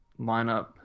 lineup